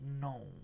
no